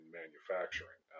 manufacturing